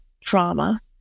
trauma